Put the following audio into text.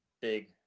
big